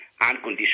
unconditional